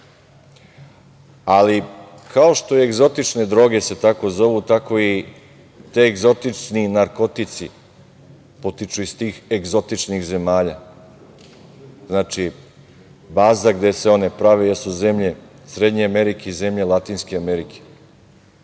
što se egzotične droge tako zovu, tako i ti egzotični narkotici potiču iz tih egzotičnih zemalja. Znači, baza gde su oni prave jesu zemlje Srednje Amerike i zemlje Latinske Amerike.